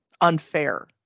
unfair